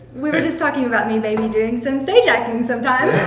we were just talking about me maybe doing some stage acting some time. oh,